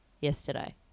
yesterday